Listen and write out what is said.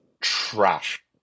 trash